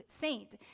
Saint